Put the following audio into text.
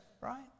right